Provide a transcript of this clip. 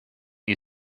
you